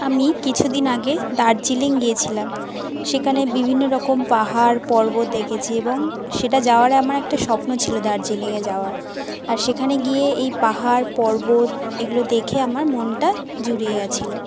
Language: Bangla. আমি কিছু দিন আগে দার্জিলিঙ গিয়েছিলাম সেখানে বিভিন্ন রকম পাহাড় পর্বত দেখেছি এবং সেটা যাওয়ার আমার একটা স্বপ্ন ছিলো দার্জিলিঙে যাওয়ার আর সেখানে গিয়ে এই পাহাড় পর্বত এগুলো দেখে আমার মনটা জুড়িয়ে গেছিলো